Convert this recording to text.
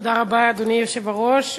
אדוני היושב-ראש,